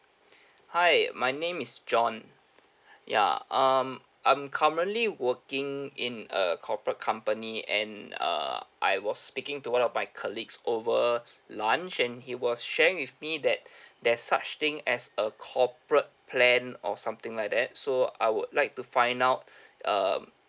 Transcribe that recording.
hi my name is john ya um I'm currently working in a corporate company and err I was speaking to one of my colleagues over lunch and he was sharing with me that there's such thing as a corporate plan or something like that so I would like to find out um